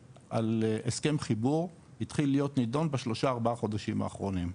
הסכם חיבור התחיל להיות נידון בשלושה ארבע חודשים אחרונים,